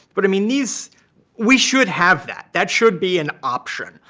but i mean, these we should have that. that should be an option.